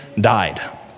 died